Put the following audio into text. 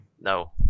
No